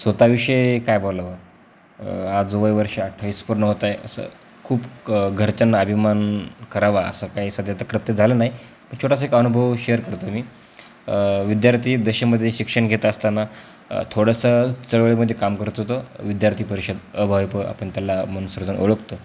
स्वत विषयी काय बोलावं आज वय वर्ष आठावीस पूर्ण होत आहे असं खूप घरच्यांना अभिमान करावा असं काही सध्या तर कृत्य झालं नाही छोटासा एक अनुभव शेअर करतो मी विद्यार्थीदशेमध्ये शिक्षण घेत असताना थोडंसं चळवळीमध्ये काम करतो होतो विद्यार्थी परिषद अभवय आपण त्याला म्हणून सर्वजण ओळखतो